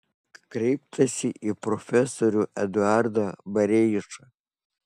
kreiptasi į profesorių eduardą bareišą